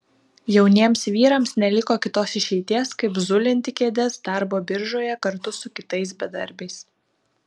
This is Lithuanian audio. jauniems vyrams neliko kitos išeities kaip zulinti kėdes darbo biržoje kartu su kitais bedarbiais